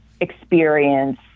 experience